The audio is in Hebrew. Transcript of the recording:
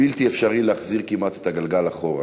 בלתי אפשרי כמעט להחזיר את הגלגל אחורה.